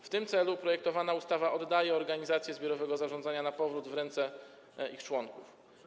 W tym celu projektowana ustawa oddaje organizacje zbiorowego zarządzania na powrót w ręce ich członków.